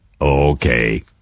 okay